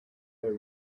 very